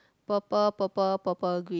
purple purple purple green